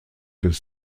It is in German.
des